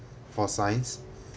for science